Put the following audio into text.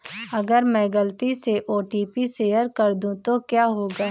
अगर मैं गलती से ओ.टी.पी शेयर कर दूं तो क्या होगा?